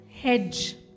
hedge